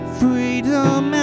freedom